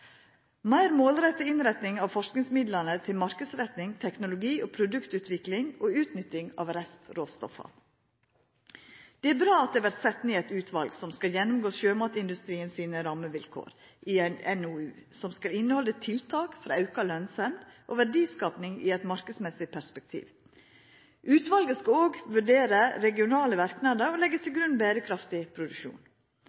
meir målretta innretning av forskingsmidlane til markedsretting, teknologi- og produktutvikling og utnytting av restråstoff. Det er bra at det vert sett ned eit utval som skal gjennomgå sjømatindustrien sine rammevilkår i ein NOU, som skal innehalda tiltak for auka lønsemd og verdiskaping i eit marknadsmessig perspektiv. Utvalet skal òg vurdera regionale verknadar og leggja til